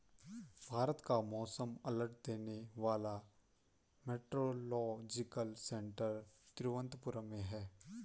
भारत का मौसम अलर्ट देने वाला मेट्रोलॉजिकल सेंटर तिरुवंतपुरम में है